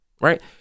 Right